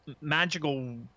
magical